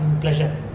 Pleasure